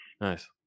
nice